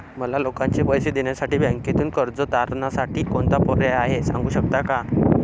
मला लोकांचे पैसे देण्यासाठी बँकेतून कर्ज तारणसाठी कोणता पर्याय आहे? सांगू शकता का?